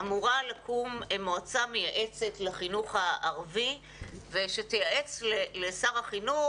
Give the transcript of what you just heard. אמורה לקום מועצה מייעצת לחינוך הערבי שתייעץ לשר החינוך.